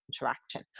interaction